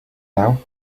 now